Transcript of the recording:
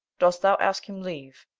dost thou ask him leave?